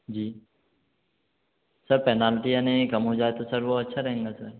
जी sir penalty यानी कम हो जाए तो सर वह अच्छा रहेगा सर